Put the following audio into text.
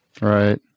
Right